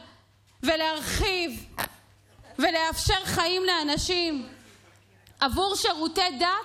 ולהרחיב ולאפשר חיים לאנשים עבור שירותי דת,